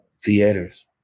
theaters